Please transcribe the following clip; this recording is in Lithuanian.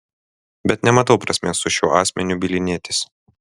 bet nematau prasmės su šiuo asmeniu bylinėtis